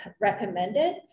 recommended